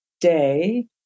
day